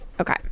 Okay